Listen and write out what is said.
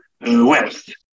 West